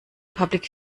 public